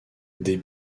des